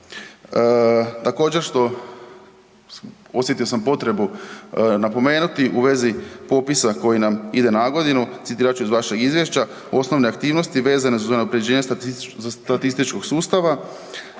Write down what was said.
Također, što osjetio sam potrebu napomenuti u vezi popisa koji nam ide nagodinu, citirat ću iz vašeg izvješća, osnovne aktivnosti vezane za unaprjeđenje .../nerazumljivo/...